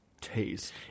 taste